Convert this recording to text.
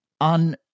on